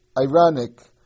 ironic